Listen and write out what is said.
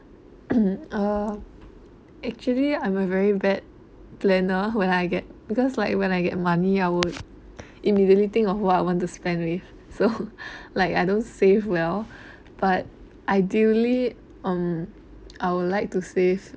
uh actually i'm a very bad planner when I get because like when I get money I would immediately think of what I want to spend with so like I don't save well but ideally um I would like to save